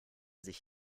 sich